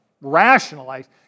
rationalize